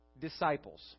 disciples